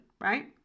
right